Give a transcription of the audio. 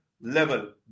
level